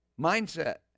mindset